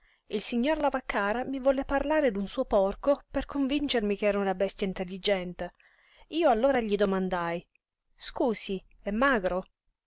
il signor lavaccara mi volle parlare d'un suo porco per convincermi ch'era una bestia intelligente io allora gli domandai scusi è magro